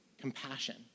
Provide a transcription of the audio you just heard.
compassion